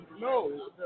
No